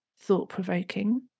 thought-provoking